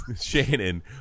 Shannon